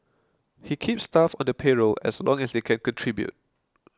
he keeps staff on the payroll as long as they can contribute